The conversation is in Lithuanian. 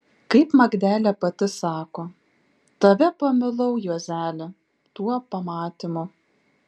kaip magdelė pati sako tave pamilau juozeli tuo pamatymu